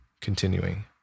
continuing